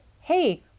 Hey